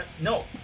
No